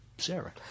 sarah